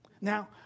Now